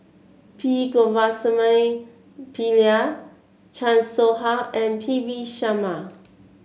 P Govindasamy Pillai Chan Soh Ha and P V Sharma